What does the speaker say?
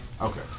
Okay